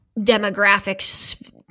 demographics